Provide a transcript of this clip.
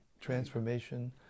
Transformation